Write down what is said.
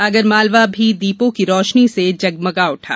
आगरमालवा भी दीपों की रोशनी से जगमगा उठा